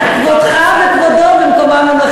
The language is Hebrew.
על כל הוועדות השונות שדנו בנושא.